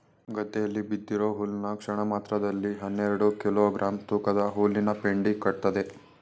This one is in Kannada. ಗದ್ದೆಯಲ್ಲಿ ಬಿದ್ದಿರೋ ಹುಲ್ನ ಕ್ಷಣಮಾತ್ರದಲ್ಲಿ ಹನ್ನೆರೆಡು ಕಿಲೋ ಗ್ರಾಂ ತೂಕದ ಹುಲ್ಲಿನಪೆಂಡಿ ಕಟ್ತದೆ